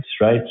right